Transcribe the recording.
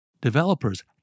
Developers